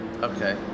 Okay